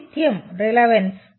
చిత్యం"